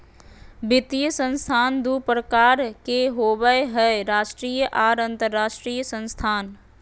वित्तीय संस्थान दू प्रकार के होबय हय राष्ट्रीय आर अंतरराष्ट्रीय संस्थान